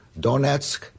Donetsk